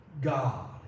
God